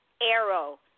Arrow